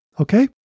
okay